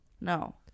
No